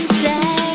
say